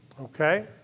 okay